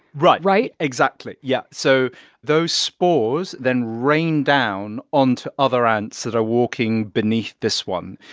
right? right. exactly. yeah. so those spores then rain down onto other ants that are walking beneath this one.